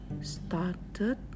started